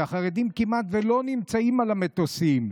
כי החרדים כמעט לא נמצאים על המטוסים.